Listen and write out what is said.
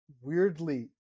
weirdly